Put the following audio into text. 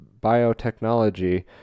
biotechnology